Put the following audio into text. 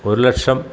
ഒരു ലക്ഷം